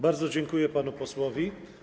Bardzo dziękuję panu posłowi.